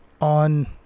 on